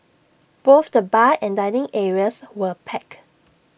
both the bar and dining areas were packed